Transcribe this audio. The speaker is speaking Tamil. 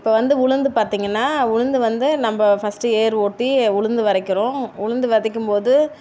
இப்போது வந்து உளுந்து பார்த்தீங்கன்னா உளுந்து வந்து நம்ம ஃபர்ஸ்ட் ஏர் ஓட்டி உளுந்து விதைக்கிறோம் உளுந்து விதைக்கும்போது